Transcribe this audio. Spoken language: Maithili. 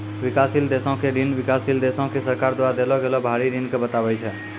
विकासशील देशो के ऋण विकासशील देशो के सरकार द्वारा देलो गेलो बाहरी ऋण के बताबै छै